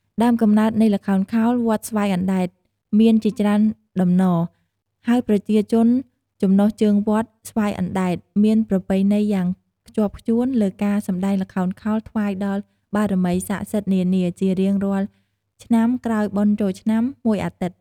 ដើមកំណើតនៃល្ខោនខោលវត្តស្វាយអណ្ដែត មានជាច្រើនតំណរ ហើយប្រជាជនចំណុះជើងវត្តស្វាយអណ្ដែត មានប្រពៃណីយ៉ាងខ្ជាប់ខ្ជួនលើការសម្ដែងល្ខោនខោលថ្វាយ ដល់បារមីស័ក្ដិសិទ្ធិនានា ជារៀងរាល់ឆ្នាំក្រោយបុណ្យចូលឆ្នាំ ១អាទិត្យ។